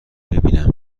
ببینم